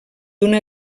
una